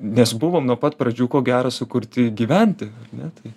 nes buvom nuo pat pradžių ko gero sukurti gyventi ar ne tai